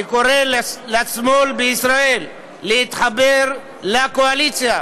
אני קורא לשמאל בישראל להתחבר לקואליציה,